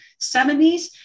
70s